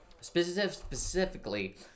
specifically